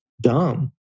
dumb